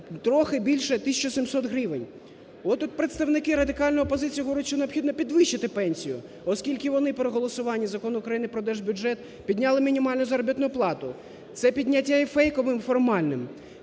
трохи більше 1700 гривень. От тут представники радикальної опозиції говорять, що необхідно підвищити пенсію, оскільки вони при голосуванні Закону України про Держбюджет підняли мінімальну заробітну плату. Це підняття є фейковим і формальним.